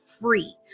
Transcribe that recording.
free